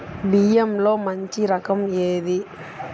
బియ్యంలో మంచి రకం ఏది?